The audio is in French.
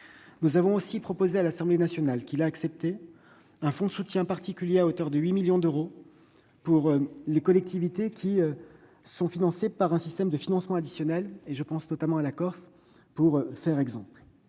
Nous avons aussi proposé à l'Assemblée nationale- elle l'a accepté -un fonds de soutien particulier à hauteur de 8 millions d'euros pour les collectivités qui profitent d'un système de financement additionnel. Je pense notamment à la Corse. Enfin, nous